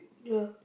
ya